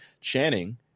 Channing